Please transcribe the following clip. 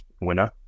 winner